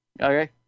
Okay